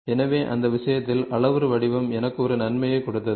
எனவே அந்த விஷயத்தில் அளவுரு வடிவம் எனக்கு ஒரு நன்மையைக் கொடுத்தது